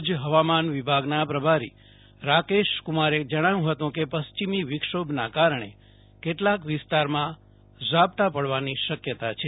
ભુજ હવામાન વિભાગના પ્રભારી રાકેશ કુમારે જણાવ્યુ હતું કે પશ્ચિમિ વિક્ષોભના કારણે કેટલાક વિસ્તારમાં ઝાપટા પડવાની શક્યતા છે